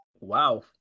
Wow